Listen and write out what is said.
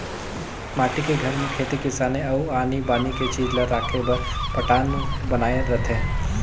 माटी के घर में खेती किसानी अउ आनी बानी के चीज ला राखे बर पटान्व बनाए रथें